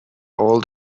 all